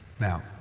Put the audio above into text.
Now